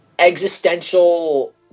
Existential